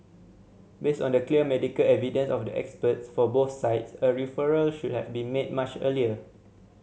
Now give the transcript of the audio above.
based on the clear medical evidence of the experts for both sides a referral should have been made much earlier